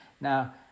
now